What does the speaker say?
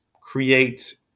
create